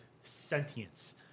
sentience